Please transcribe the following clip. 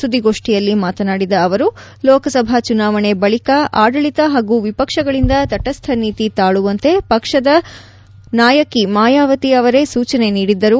ಸುದ್ಗಿಗೋಷ್ನಿಯಲ್ಲಿಂದು ಮಾತನಾಡಿದ ಅವರು ಲೋಕಸಭಾ ಚುನಾವಣೆ ಬಳಿಕ ಆಡಳಿತ ಹಾಗೂ ವಿಪಕ್ಷಗಳಿಂದ ತಟಸ್ನ ನೀತಿ ತಾಳುವಂತೆ ಪಕ್ಷದ ನಾಯಕಿ ಮಾಯಾವತಿ ಅವರೇ ಸೂಚನೆ ನೀಡಿದ್ದರು